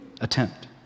attempt